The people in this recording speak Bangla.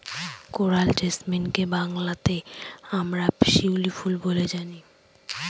কোরাল জেসমিনকে বাংলাতে আমরা শিউলি ফুল বলে জানি